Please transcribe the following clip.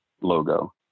logo